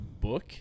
book